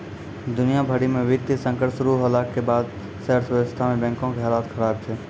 दुनिया भरि मे वित्तीय संकट शुरू होला के बाद से अर्थव्यवस्था मे बैंको के हालत खराब छै